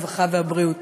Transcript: הרווחה והבריאות.